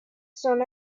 son